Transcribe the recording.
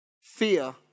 fear